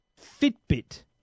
Fitbit